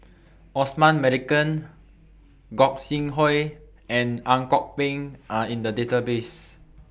Osman Merican Gog Sing Hooi and Ang Kok Peng Are in The Database